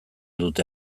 dute